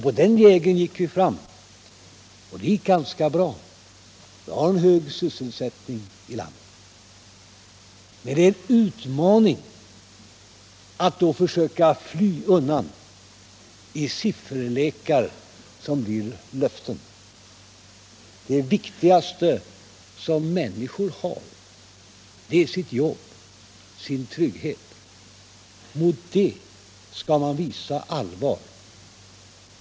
På den vägen gick vi fram, och det gick ganska bra. Vi har en hög sysselsättning i landet. Då är det en utmaning att försöka fly undan i sifferlekar som blir löften. Det viktigaste som människor har är deras jobb och deras trygghet. Mot dem skall man visa allvar.